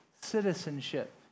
citizenship